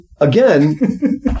again